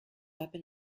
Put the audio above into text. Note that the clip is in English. urban